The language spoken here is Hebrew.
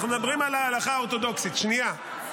אנחנו מדברים על ההלכה האורתודוקסית, שנייה.